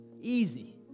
easy